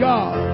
God